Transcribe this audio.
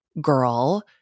girl